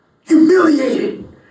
humiliated